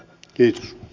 kiitos